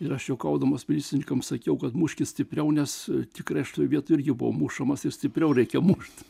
ir aš juokaudamas policininkams sakiau kad muškis stipriau nes tikrai aš toj vietoj buvo mušamas ir stipriau reikia mušt